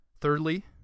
Thirdly